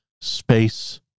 space